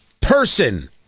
person